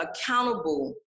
accountable